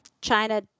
China